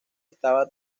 estaba